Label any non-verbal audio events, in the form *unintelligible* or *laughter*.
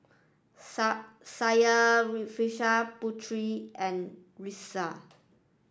*unintelligible* Syarafina Putra and Rizqi